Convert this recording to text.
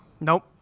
Nope